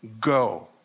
go